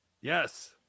Yes